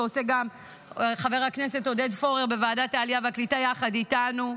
ועושה גם חבר הכנסת עודד פורר בוועדת העלייה והקליטה יחד איתנו,